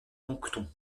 moncton